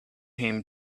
him